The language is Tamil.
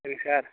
சரிங்க சார்